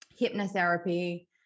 hypnotherapy